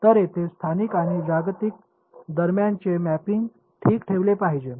तर हे स्थानिक आणि जागतिक दरम्यानचे मॅपिंग ठीक ठेवले पाहिजे